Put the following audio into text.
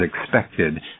expected